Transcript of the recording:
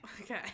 Okay